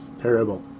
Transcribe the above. Terrible